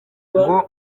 ngo